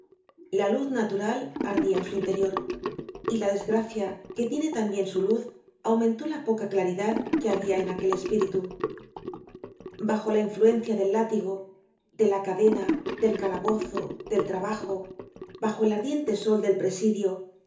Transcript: la luz natural ardia en su interior y la desgracia que tiene tambien su luz aumentó la poca claridad que habia en aquel espíritu bajo la influencia del látigo de la cadena del calabozo del trabajo bajo el ardiente sol del presidio